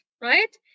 right